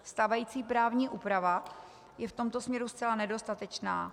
Stávající právní úprava je v tomto směru zcela nedostatečná.